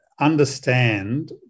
understand